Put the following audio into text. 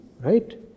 right